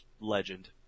legend